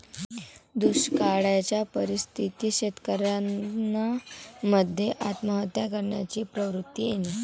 दुष्काळयाच्या परिस्थितीत शेतकऱ्यान मध्ये आत्महत्या करण्याची प्रवृत्ति येते